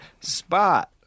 Spot